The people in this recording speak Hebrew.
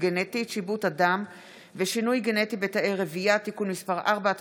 גנטית (שיבוט אדם ושינוי גנטי בתאי רבייה) (תיקון מס' 4),